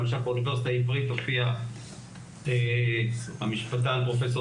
למשל באוניברסיטה העברית הופיע המשפטן פרופסור